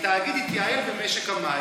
התאגיד התייעל במשק המים.